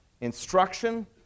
instruction